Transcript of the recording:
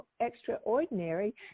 extraordinary